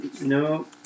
no